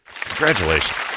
Congratulations